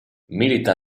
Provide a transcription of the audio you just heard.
milita